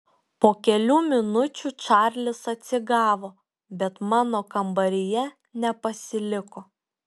po kelių minučių čarlis atsigavo bet mano kambaryje nepasiliko